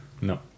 No